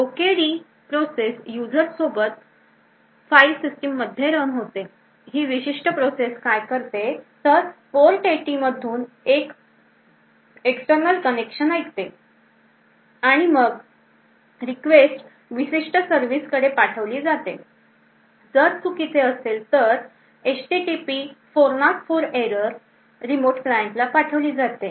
OKD process user सोबत file system मध्ये run होते ही विशिष्ट प्रोसेस काय करते Port 80 मधून एक external कनेक्शन ऐकते आणि मग request विशिष्ट सर्विस कडे पाठवली जाते जर चुकीचे असेल तर HTTP 404 Error रिमोट client ला पाठवली जाते